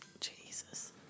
Jesus